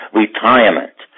retirement